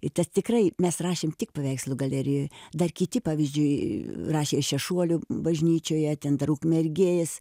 ir tikrai mes rašėm tik paveikslų galerijoj dar kiti pavyzdžiui rašė šešuolių bažnyčioje ten dar ukmergės